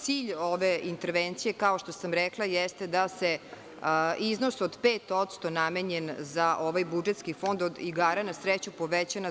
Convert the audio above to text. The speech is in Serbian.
Cilj ove intervencije, kao što sam rekla, jeste da se iznos od 5% namenjen za ovaj budžetski fond od igara na sreću poveća na 25%